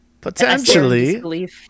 Potentially